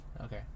Okay